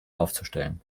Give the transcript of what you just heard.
aufzustellen